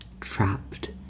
trapped